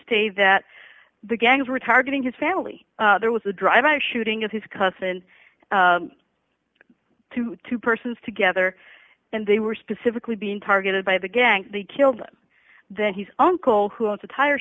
stay that the gangs were targeting his family there was a drive by shooting of his cousin to two persons together and they were specifically being targeted by the gang the killed that he's uncle who owns the tire